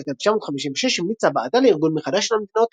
בשנת 1956 המליצה הוועדה לארגון מחדש של המדינות,